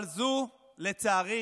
אבל זו, לצערי,